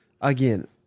again